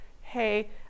hey